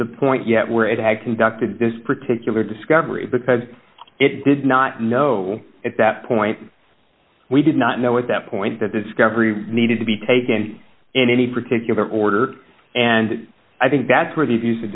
the point yet where it had conducted this particular discovery because it did not know at that point we did not know at that point that discovery needed to be taken in any particular order and i think that's where the abuse of